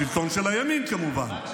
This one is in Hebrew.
השלטון של הימין, כמובן.